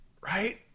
Right